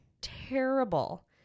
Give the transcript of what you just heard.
Terrible